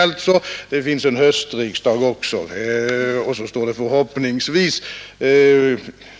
Det finns också en höstriksdag. Vidare står det ”förhoppningsvis”.